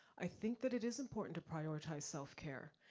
i think that it is important to prioritize self-care.